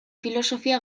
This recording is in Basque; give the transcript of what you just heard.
filosofia